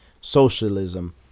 socialism